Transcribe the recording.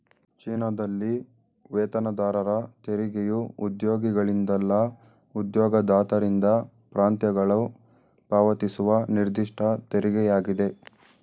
ಚೀನಾದಲ್ಲಿ ವೇತನದಾರರ ತೆರಿಗೆಯು ಉದ್ಯೋಗಿಗಳಿಂದಲ್ಲ ಉದ್ಯೋಗದಾತರಿಂದ ಪ್ರಾಂತ್ಯಗಳು ಪಾವತಿಸುವ ನಿರ್ದಿಷ್ಟ ತೆರಿಗೆಯಾಗಿದೆ